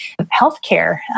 healthcare